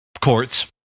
courts